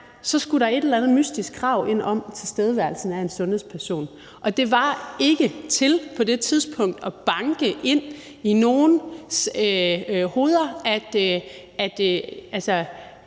skulle der et eller andet mystisk krav ind om tilstedeværelsen af en sundhedsperson, og det var ikke til på det tidspunkt at banke ind i nogens hoveder, at